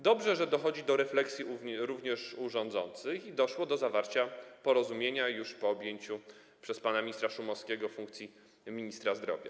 Dobrze, że dochodzi do refleksji również u rządzących i że doszło do zawarcia porozumienia - już po objęciu przez pana ministra Szumowskiego funkcji ministra zdrowia.